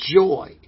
joy